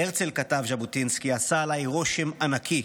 "הרצל", כתב ז'בוטינסקי, "עשה עליי רושם ענקי,